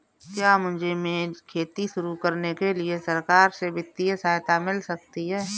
क्या मुझे खेती शुरू करने के लिए सरकार से वित्तीय सहायता मिल सकती है?